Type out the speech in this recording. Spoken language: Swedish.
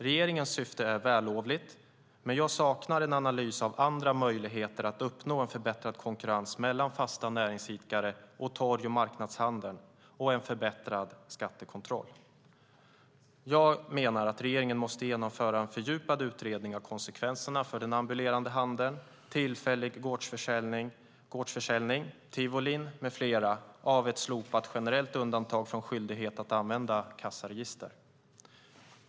Regeringens syfte är vällovligt, men jag saknar en analys av andra möjligheter att uppnå en förbättrad konkurrens mellan fasta näringsidkare och torg och marknadshandel samt förbättrad skattekontroll. Jag menar att regeringen måste genomföra en fördjupad utredning av konsekvenserna för den ambulerande handeln, tillfällig gårdsförsäljning, tivolin med mera av ett slopat generellt undantag från skyldighet att använda kassaregister.